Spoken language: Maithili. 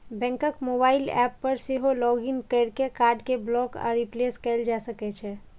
बैंकक मोबाइल एप पर सेहो लॉग इन कैर के कार्ड कें ब्लॉक आ रिप्लेस कैल जा सकै छै